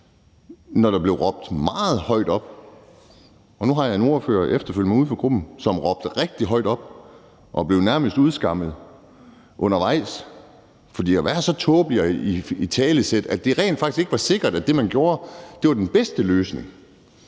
da der blev råbt meget højt op, og der kommer nu her efter mig en ordfører uden for grupperne, som råbte rigtig højt op, og som nærmest blev udskammet undervejs. For at være så tåbelig at italesætte, at det rent faktisk ikke var sikkert, at det, man gjorde, var den bedste løsning,